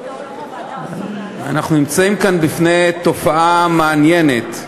אנחנו נמצאים כאן בפני תופעה מעניינת,